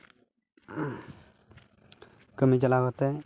ᱠᱟ ᱢᱤ ᱪᱟᱞᱟᱣ ᱠᱟᱛᱮ